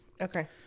okay